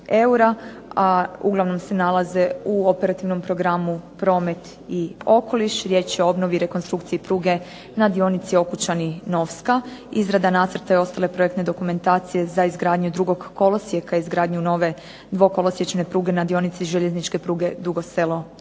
a uglavnom se nalaze u Operativnom programu promet i okoliš. Riječ je o obnovi i rekonstrukciji pruge na dionici Okučani-Novska, izrada nacrta i ostale projekte dokumentacije za izgradnju drugog kolosijeka, izgradnju nove dvokolosječne pruge na dionici željezničke pruge Dugo selo-Novska.